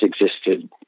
existed